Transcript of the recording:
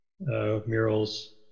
murals